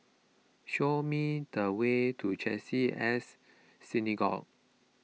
show me the way to Chesed E S Synagogue